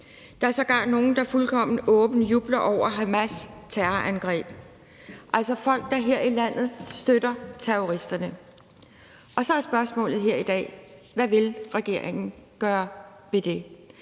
Der er sågar nogle, som fuldstændig åbent jubler over Hamas' terrorangreb, altså folk, der her i landet støtter terroristerne. Så er spørgsmålet her i dag: Hvad vil regeringen gøre ved det?